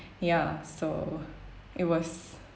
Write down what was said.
ya so it was